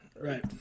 right